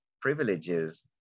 privileges